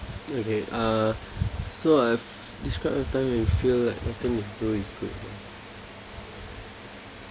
okay uh so uh describe a time when you feel like nothing is going good